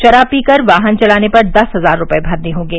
शराब पीकर वाहन चलाने पर दस हजार रुपये भरने होंगे